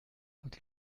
quand